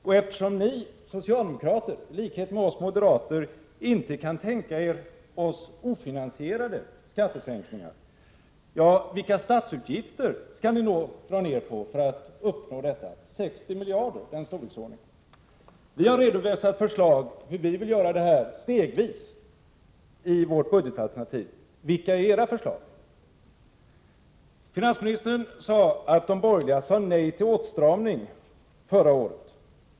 Och eftersom ni socialdemokrater i likhet med oss moderater inte kan tänka er ofinansierade skattesänkningar, vilka statsutgifter skall ni då dra ner på för att nå målet? 60 miljarder — det är storleksordningen. Vi har i vårt budgetalternativ redovisat hur vi stegvis vill göra detta. Vilka är era förslag? Finansministern hävdade att de borgerliga sade nej till åtstramning förra året.